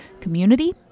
community